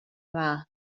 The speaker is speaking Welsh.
dda